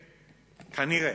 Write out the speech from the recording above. כנראה.